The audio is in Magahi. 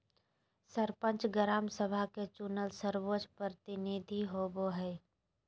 सरपंच, ग्राम सभा के चुनल सर्वोच्च प्रतिनिधि होबो हइ